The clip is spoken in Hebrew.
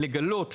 והוא לגלות,